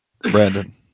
Brandon